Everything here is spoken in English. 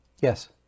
Yes